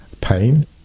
pain